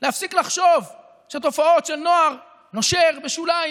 להפסיק לחשוב שתופעות של נוער נושר ושוליים